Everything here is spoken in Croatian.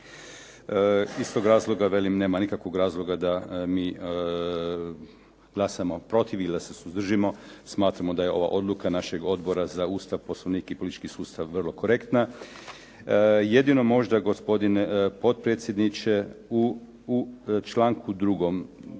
Iz tog razloga velim nema nikakvog razloga da mi glasamo protiv ili da se suzdržimo. Smatramo da je ova odluka našeg Odbora za Ustav, Poslovnik i politički sustav vrlo korektna. Jedino možda gospodine potpredsjedniče u članku 2. puno